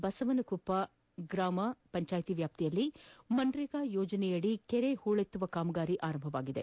ಬಸವನಕೊಪ್ಪ ಗ್ರಾಮ ಪಂಚಾಯಿತಿ ವ್ಯಾಪ್ತಿಯಲ್ಲಿ ಮಸ್ರೇಗಾ ಯೋಜನೆಯಡಿ ಕೆರೆ ಹೂಳೆತ್ತುವ ಕಾಮಗಾರಿ ಆರಂಭಗೊಂಡಿದೆ